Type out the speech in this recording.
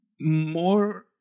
more